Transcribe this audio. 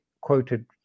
quoted